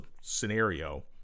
scenario